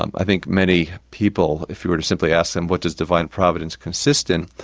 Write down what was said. i think many people, if you were to simply ask them, what does divine providence consist in?